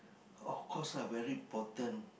of course lah very important